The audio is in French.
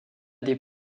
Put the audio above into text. des